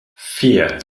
vier